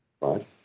right